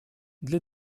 для